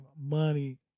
Money